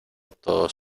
todos